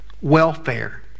welfare